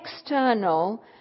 external